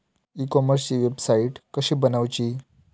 E कॉमर्सची website कशी बनवची?